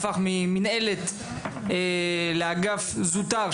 הפך ממנהלת לאגף זוטר,